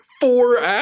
four